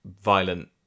violent